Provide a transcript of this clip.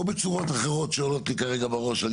או בצורות אחרות שעולות לי כרגע בראש אני